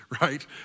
right